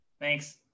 Thanks